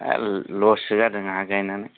लससो जादों आंहा गायनानै